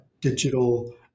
digital